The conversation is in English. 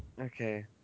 Okay